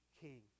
king